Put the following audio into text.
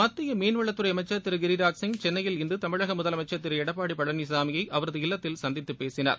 மத்திய மீன்வளத்துறை அமைச்சர் திரு கிரிராஜ் சிய் சென்னையில் இன்று தமிழக முதலமைச்சர் திரு எடப்பாடி பழனிசாமியை அவரது இல்லத்தில் சந்தித்துப் பேசினார்